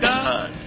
God